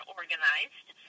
organized